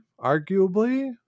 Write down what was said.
arguably